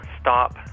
Stop